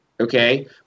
okay